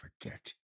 forget